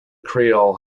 creole